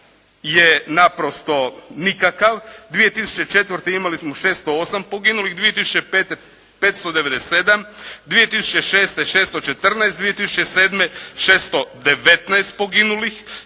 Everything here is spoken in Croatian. je naprosto nikakav. 2004. imali smo 608 poginulih, 2005. 597, 2006. 614, 2007. 619 poginulih,